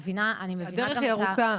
אני מבינה גם אותך --- הדרך היא ארוכה,